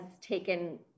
taken